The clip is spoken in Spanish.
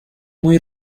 muy